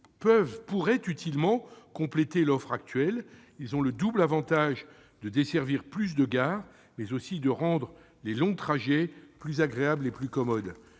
pourraient utilement compléter l'offre actuelle. Ils ont le double avantage de desservir plus de gares et de rendre les longs trajets plus agréables et plus commodes.